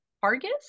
Hargis